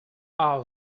are